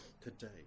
today